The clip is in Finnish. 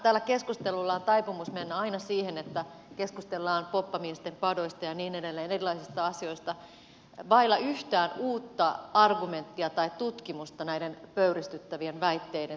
tällä keskustelulla on taipumus mennä aina siihen että keskustellaan poppamiesten padoista ja niin edelleen erilaisista asioista vailla yhtään uutta argumenttia tai tutkimusta näiden pöyristyttävien väitteiden tueksi